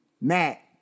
Matt